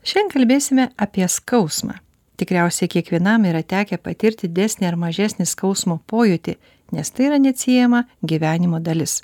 šiandien kalbėsime apie skausmą tikriausiai kiekvienam yra tekę patirti didesnį ar mažesnį skausmo pojūtį nes tai yra neatsiejama gyvenimo dalis